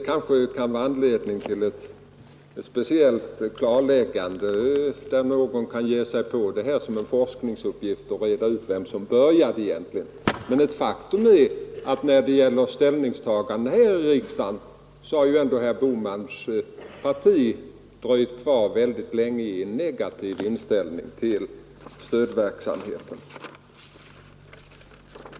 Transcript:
Kanske kan någon ge sig på detta och ta som en forskningsuppgift att reda ut vem som egentligen började. Men när det gäller ställningstagande här i riksdagen har herr Bohmans parti dröjt kvar väldigt länge i en negativ inställning till stödverksamheten.